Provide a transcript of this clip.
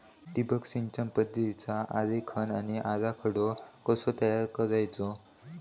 ठिबक सिंचन पद्धतीचा आरेखन व आराखडो कसो तयार करायचो?